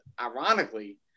ironically